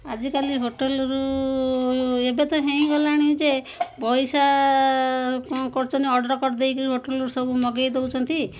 ଆଜିକାଲି ହୋଟେଲରୁ ଏବେ ତ ହେଇଁଗଲାଣି ଯେ ପଇସା କଣ କରୁଛନ୍ତି ଅର୍ଡ଼ର କରିଦେଇକିରି ହୋଟେଲରୁ ସବୁ ମଗେଇ ଦଉଛନ୍ତି